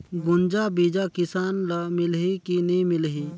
गुनजा बिजा किसान ल मिलही की नी मिलही?